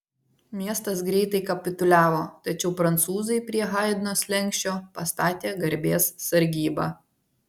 miestas greitai kapituliavo tačiau prancūzai prie haidno slenksčio pastatė garbės sargybą